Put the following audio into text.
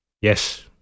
yes